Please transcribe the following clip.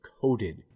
coated